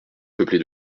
peuplée